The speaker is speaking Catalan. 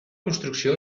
construcció